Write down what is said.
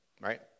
right